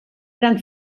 gran